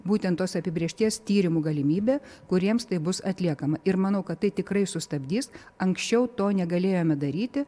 būtent tos apibrėžties tyrimų galimybė kuriems tai bus atliekama ir manau kad tai tikrai sustabdys anksčiau to negalėjome daryti